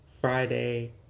Friday